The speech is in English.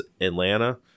atlanta